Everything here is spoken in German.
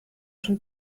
schon